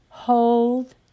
Hold